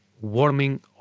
warming